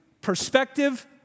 perspective